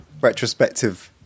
retrospective